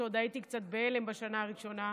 כשעוד הייתי קצת בהלם בשנה הראשונה,